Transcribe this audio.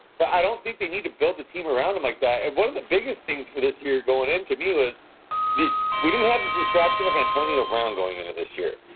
but i don't think they need to build a team around them like that. and one of the biggest things for this year going in to me was that we didn't have the distraction of antonio brown going into this year.